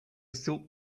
silk